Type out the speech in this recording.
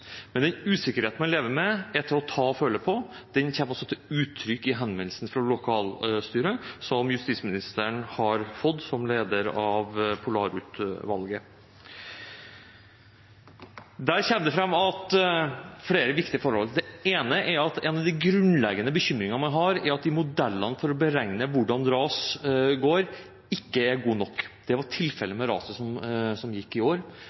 Men den usikkerheten man lever med, er til å ta og føle på. Den kommer også til uttrykk i henvendelsen fra lokalstyret som justisministeren har fått som leder av Polarutvalget. Her kommer det fram flere viktige forhold. Det ene er at en av de grunnleggende bekymringene man har, er at modellene for å beregne hvordan ras går, ikke er gode nok. Det var tilfellet med raset som gikk i år.